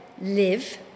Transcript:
live